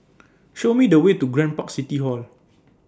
Show Me The Way to Grand Park City Hall